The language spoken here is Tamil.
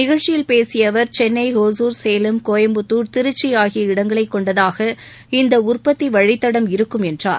நிகழ்ச்சியில் பேசிய அவர் சென்ளை ஒஞர் சேலம் கோயம்புத்தார் திருச்சி ஆகிய இடங்களைக் கொண்டதாக இந்த உற்பத்தி வழித்தடம் இருக்கும் என்றார்